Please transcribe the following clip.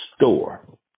store